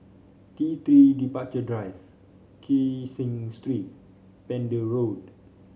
T Three Departure Drive Kee Seng Street Pender Road